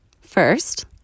First